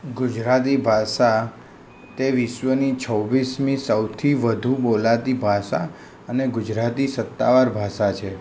ગુજરાતી ભાષા તે વિશ્વની છવ્વીસમી સૌથી વધુ બોલાતી ભાષા અને ગુજરાતી સત્તાવાર ભાષા છે